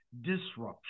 disruption